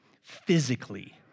physically